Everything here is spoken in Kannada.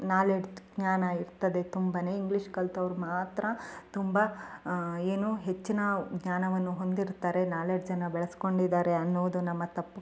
ನಾಲೆಡ್ಜ್ ಜ್ಞಾನ ಇರ್ತದೆ ತುಂಬಾ ಇಂಗ್ಲೀಷ್ ಕಲ್ತವ್ರು ಮಾತ್ರ ತುಂಬ ಏನು ಹೆಚ್ಚಿನ ಜ್ಞಾನವನ್ನು ಹೊಂದಿರ್ತಾರೆ ನಾಲೆಡ್ಜನ್ನು ಬೆಳೆಸ್ಕೊಂಡಿದ್ದಾರೆ ಅನ್ನುವುದು ನಮ್ಮ ತಪ್ಪು